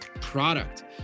product